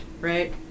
right